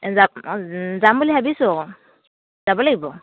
যাম অঁ যাম বুলি ভাবিছোঁ আকৌ যাব লাগিব